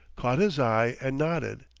caught his eye, and nodded.